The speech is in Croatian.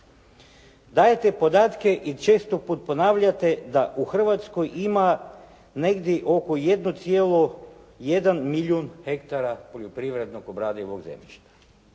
dajete podatke i često ponavljate da u Hrvatskoj ima negdje oko 1,1 milijun hektara poljoprivrednog obradivog zemljišta.